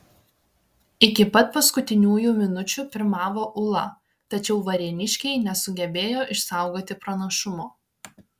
iki pat paskutiniųjų minučių pirmavo ūla tačiau varėniškiai nesugebėjo išsaugoti pranašumo